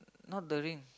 not the rings